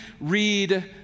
read